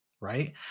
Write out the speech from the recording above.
right